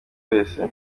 wese